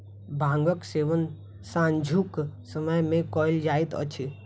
भांगक सेवन सांझुक समय मे कयल जाइत अछि